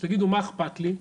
עכשיו תגידו "מה איכפת לי?",